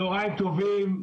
צוהריים טובים,